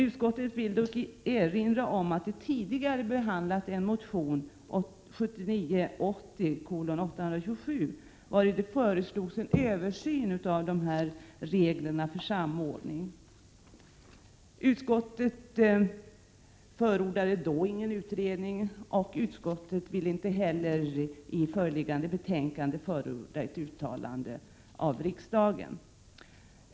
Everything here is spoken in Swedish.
Utskottet vill dock erinra om att det tidigare behandlat en motion, 1979/80:827, vari föreslogs en översyn av reglerna för denna samordning. Utskottet förordade då ingen utredning, och utskottet vill inte heller i föreliggande betänkande förorda ett uttalande av riksdagen.